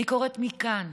אני קוראת מכאן: